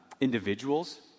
individuals